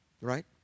Right